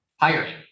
hiring